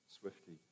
swiftly